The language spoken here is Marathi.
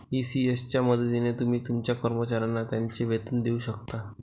ई.सी.एस च्या मदतीने तुम्ही तुमच्या कर्मचाऱ्यांना त्यांचे वेतन देऊ शकता